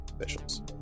officials